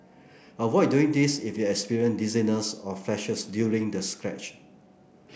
avoid doing this if you experience dizziness or flashes during the stretch